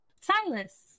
Silas